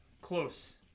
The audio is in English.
close